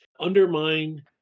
undermine